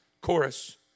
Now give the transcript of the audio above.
Chorus